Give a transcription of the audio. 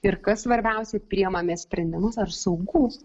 ir kas svarbiausia priimame sprendimus ar saugu